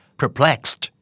perplexed